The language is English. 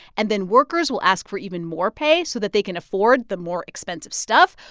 and then workers will ask for even more pay so that they can afford the more expensive stuff,